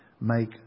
make